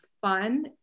fun